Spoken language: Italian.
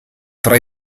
tra